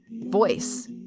voice